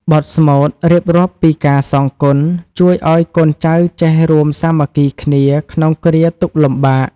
បទស្មូតរៀបរាប់ពីការសងគុណ ជួយឱ្យកូនចៅចេះរួមសាមគ្គីគ្នាក្នុងគ្រាទុក្ខលំបាក។